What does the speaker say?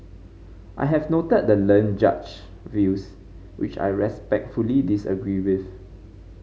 I have noted the learned Judge's views which I respectfully disagree with